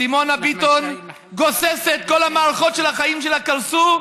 סימונה ביטון גוססת, כל מערכות החיים שלה קרסו.